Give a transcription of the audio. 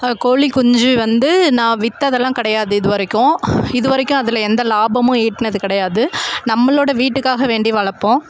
கோழிக்குஞ்சு வந்து நான் விற்றதெல்லாம் கெடையாது இது வரைக்கும் இது வரைக்கும் அதில் எந்த லாபமும் ஈட்டுனது கிடையாது நம்மளோட வீட்டுக்காக வேண்டி வளர்ப்போம்